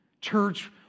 Church